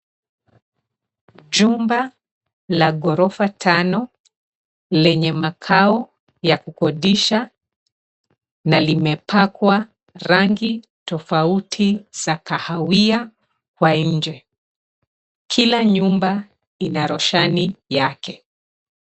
Jumba la ghorofa tano lenye makao ya kukodisha na limepakwa rangi tofauti za kahawia kwa nje. Kila nyumba ina roshani yake.